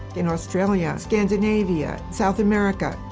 in australia, scandinavia, south america.